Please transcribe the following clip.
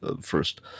first